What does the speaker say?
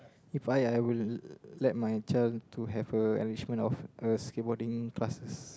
If I I will let my child to have a enrichment of a skate boarding classes